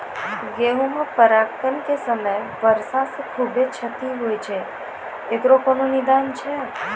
गेहूँ मे परागण के समय वर्षा से खुबे क्षति होय छैय इकरो कोनो निदान छै?